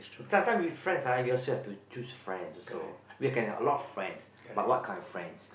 sometime with friends ah you also have to choose friends also we can allow a lot friends but what kind of friends